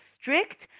strict